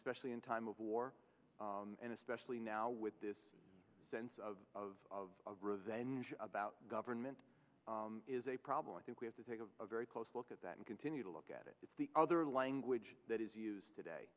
especially in time of war and especially now with this sense of revenge about government is a problem i think we have to take a very close look at that and continue to look at it it's the other language that is used today